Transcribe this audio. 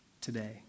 today